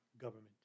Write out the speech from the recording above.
government